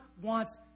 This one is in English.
wants